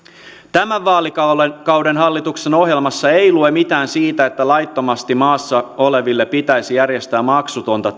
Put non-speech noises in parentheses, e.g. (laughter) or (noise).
tämän vaalikauden hallituksen ohjelmassa ei lue mitään siitä että laittomasti maassa oleville pitäisi järjestää maksutonta (unintelligible)